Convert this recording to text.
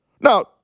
Now